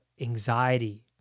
anxiety